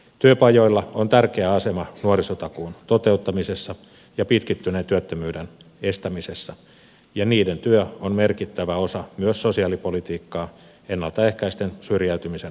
työpajoilla on tärkeä asema nuorisotakuun toteuttamisessa ja pitkittyneen työttömyyden estämisessä ja niiden työ on merkittävä osa myös sosiaalipolitiikkaa ennalta ehkäisten syrjäytymisen kustannuksia